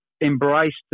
embraced